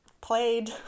played